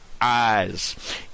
eyes